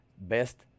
best